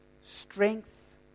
strength